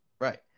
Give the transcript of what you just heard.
Right